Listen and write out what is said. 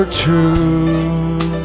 true